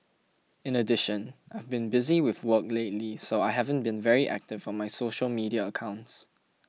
in addition I've been busy with work lately so I haven't been very active on my social media accounts